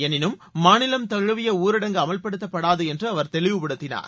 எனினும் மாநிலம் தழுவிய ஊரடங்கு அமல்படுத்தப்படாது என்று அவர் தெளிவுபடுத்தினார்